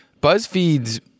BuzzFeed's